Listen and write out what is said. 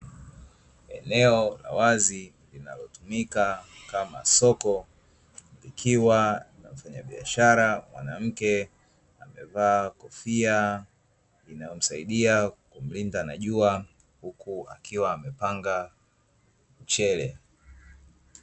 Eneo la wazi linalotumika kama soko, likiwa na mfanyabiashara mwanamke amevaa kofia inayomsaidia kujilinda na jua huku akiwa amepenga mchele.